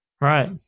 right